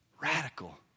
Radical